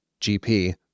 GP